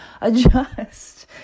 Adjust